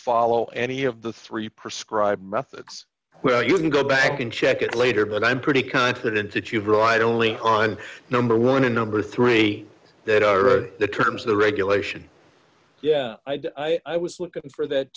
follow any of the three prescribed methods well you can go back and check it later but i'm pretty confident that you've right only on number one and number three that the terms of the regulation yeah i was looking for that